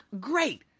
great